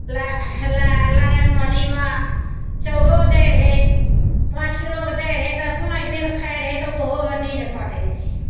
ल नाराइन मोदीमे चाउरो दै रहय पाँच किलो दै रहय तऽ पाँच दिन खाइ रहय तऽ ओहोमे दिन कटय रहय